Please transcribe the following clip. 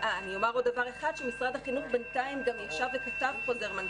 בינתיים משרד החינוך גם ישב וכתב חוזר מנכ"ל